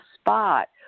spot